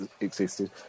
existed